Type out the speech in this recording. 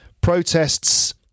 protests